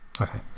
Okay